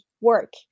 work